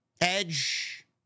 Edge